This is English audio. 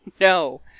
no